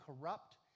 corrupt